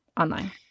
online